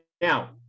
Now